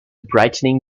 brightening